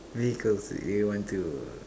vehicles would you want to